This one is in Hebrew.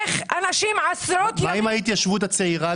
איך עשרות אנשים במשך עשרות ימים --- מה עם ההתיישבות הצעירה?